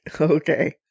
Okay